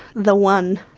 the one,